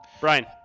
Brian